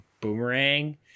Boomerang